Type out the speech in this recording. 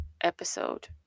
episode